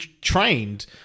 trained